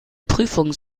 prüfung